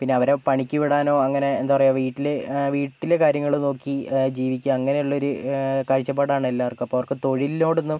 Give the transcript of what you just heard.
പിന്നെ അവരെ പണിക്കുവിടാനോ അങ്ങനെ എന്താ പറയാ വീട്ടിൽ വീട്ടിലെ കാര്യങ്ങൾ നോക്കി ജീവിക്കുക അങ്ങെനെയുള്ളൊരു കാഴ്ചപ്പാടാണ് എല്ലാവർക്കും അപ്പോൾ അവർക്ക് തൊഴിലിനോടൊന്നും